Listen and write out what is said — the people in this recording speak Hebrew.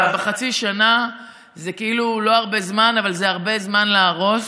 חצי שנה זה כאילו לא הרבה זמן אבל זה הרבה זמן להרוס.